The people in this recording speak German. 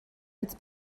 als